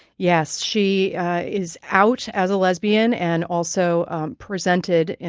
yes, she is out as a lesbian and also presented,